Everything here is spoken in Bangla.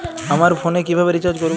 আমার ফোনে কিভাবে রিচার্জ করবো?